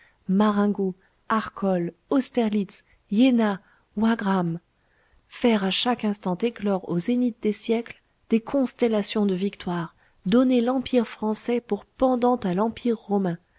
arcole austerlitz iéna wagram faire à chaque instant éclore au zénith des siècles des constellations de victoires donner l'empire français pour pendant à l'empire romain